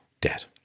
debt